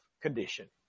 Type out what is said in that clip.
condition